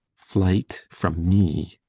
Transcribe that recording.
flight from me!